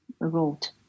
wrote